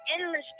endless